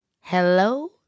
Hello